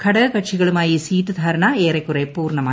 ഘടകകക്ഷികളുമായി seat ധാരുണ് ഏറ്റെക്കുറെ പൂർണ്ണമായി